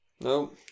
No